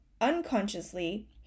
unconsciously